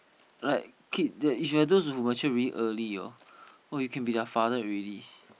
like kid that mature very early orh !wah! you can be their father already